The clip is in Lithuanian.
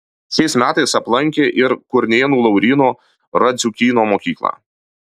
šiais metais aplankė ir kurnėnų lauryno radziukyno mokyklą